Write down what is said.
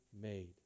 made